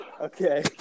Okay